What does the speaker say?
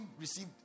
received